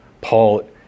Paul